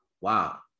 Wow